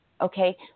Okay